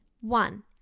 one